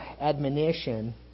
admonition